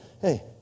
Hey